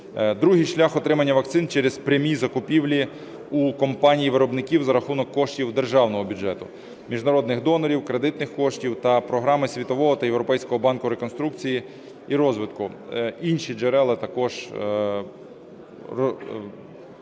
Другий шлях отримання вакцин – через прямі закупівлі у компанії виробників за рахунок коштів державного бюджету, міжнародних донорів, кредитних коштів та програми Світового та Європейського банку реконструкції і розвитку. Інші джерела також розглядаються.